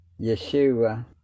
Yeshua